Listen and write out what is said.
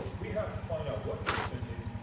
we have to find out what they're spending,